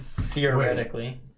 Theoretically